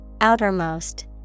Outermost